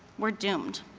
we're doomed.